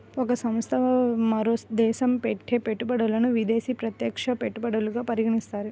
ఒక సంస్థ మరో దేశంలో పెట్టే పెట్టుబడులను విదేశీ ప్రత్యక్ష పెట్టుబడులుగా పరిగణిస్తారు